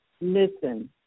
listen